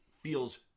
feels